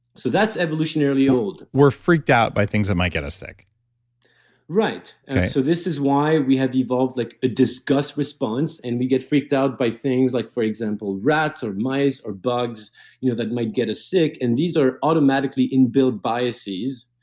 so, that's evolutionarily old we're freaked out by things that might get us sick right right so this is why we have evolved like a disgust response and we get freaked out by things, like for example rats or mice or bugs you know that might get us sick, and these are automatically inbuilt biases,